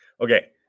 okay